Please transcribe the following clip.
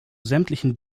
sämtlichen